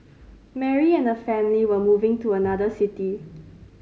Mary and her family were moving to another city